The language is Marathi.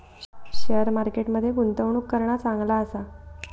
शेअर मार्केट मध्ये गुंतवणूक करणा चांगला आसा